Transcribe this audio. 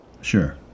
Sure